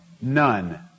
None